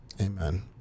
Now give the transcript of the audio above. Amen